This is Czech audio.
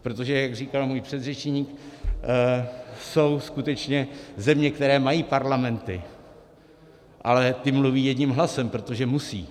Protože jak říkal můj předřečník, jsou skutečně země, které mají parlamenty, ale ty mluví jedním hlasem, protože musí.